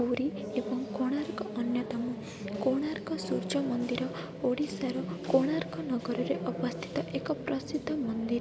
ପୁରୀ ଏବଂ କୋଣାର୍କ ଅନ୍ୟତମ କୋଣାର୍କ ସୂର୍ଯ୍ୟ ମନ୍ଦିର ଓଡ଼ିଶାର କୋଣାର୍କ ନଗରରେ ଅବସ୍ଥିତ ଏକ ପ୍ରସିଦ୍ଧ ମନ୍ଦିର